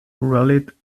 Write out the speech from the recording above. rallied